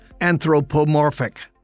anthropomorphic